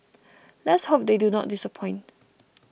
let's hope they do not disappoint